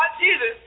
Jesus